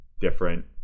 different